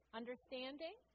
understanding